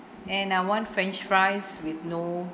and I want french fries with no